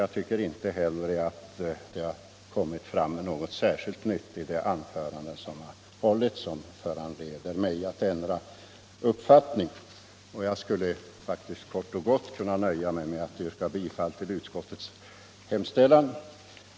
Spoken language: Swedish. Jag tycker inte heller att så skett i de anföranden som här hållits. Jag skulle därför kunna nöja mig med att kort och gott yrka bifall till utskottets hemställan.